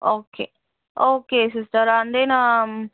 okay okay sister and then